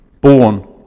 born